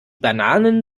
bananen